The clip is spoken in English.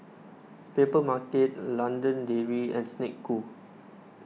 Papermarket London Dairy and Snek Ku